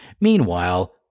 Meanwhile